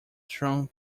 strong